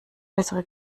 bessere